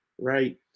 Right